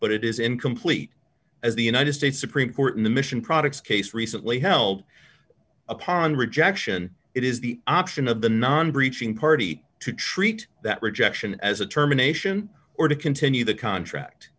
but it is incomplete as the united states supreme court in the mission products case recently held upon rejection it is the option of the non breaching party to treat that rejection as a terminations or to continue the contract